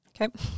Okay